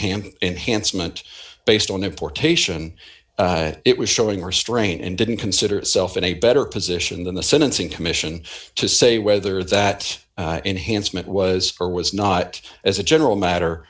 hand enhanced meant based on importation it was showing restraint and didn't consider itself in a better position than the sentencing commission to say whether that enhancement was or was not as a general matter